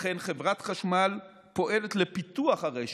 לכן, חברת חשמל פועלת לפיתוח הרשת,